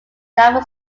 naval